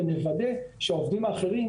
ונוודא שהעובדים האחרים,